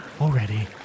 Already